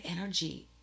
energy